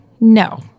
No